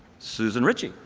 susan ritchie,